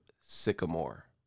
Sycamore